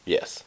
Yes